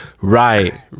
right